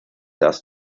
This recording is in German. das